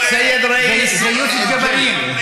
זה יוסף ג'בארין.